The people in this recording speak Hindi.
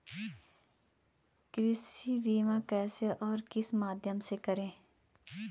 कृषि बीमा कैसे और किस माध्यम से करें?